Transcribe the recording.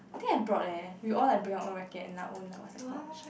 I think I brought eh we all like bring our own racket and our own like what's that called